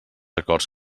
acords